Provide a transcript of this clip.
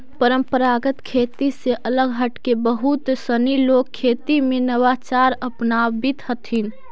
परम्परागत खेती से अलग हटके बहुत सनी लोग खेती में नवाचार अपनावित हथिन